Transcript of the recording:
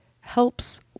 helps